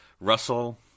Russell